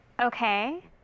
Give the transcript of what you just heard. Okay